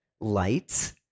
Lights